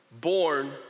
born